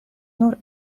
nur